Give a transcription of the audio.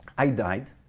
i died.